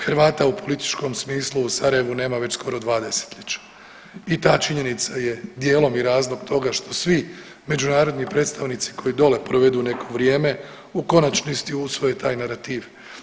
Hrvata u političkom smislu u Sarajevu nema već skoro dva desetljeća i ta činjenica je dijelom i razlog toga što svi međunarodni predstavnici koji dole provedu neko vrijeme u konačnosti usvoje taj narativ.